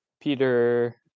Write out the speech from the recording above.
Peter